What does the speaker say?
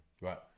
Right